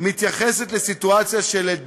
להוציא את סמוטריץ,